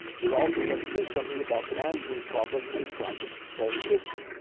we're also going to do something about managing problems inside the solar system.